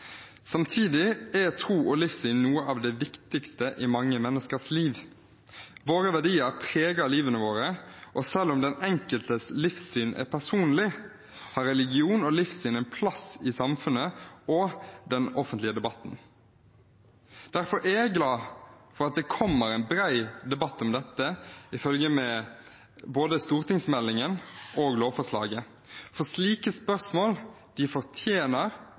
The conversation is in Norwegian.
Samtidig er tro og livssyn noe av det viktigste i mange menneskers liv. Våre verdier preger livene våre, og selv om den enkeltes livssyn er personlig, har religion og livssyn en plass i samfunnet og i den offentlige debatten. Derfor er jeg glad for at det kommer en bred debatt om dette i følge med både stortingsmeldingen og lovforslaget. For slike spørsmål fortjener